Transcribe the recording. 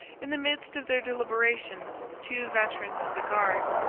in the midst of their deliberations, two veterans of the guards,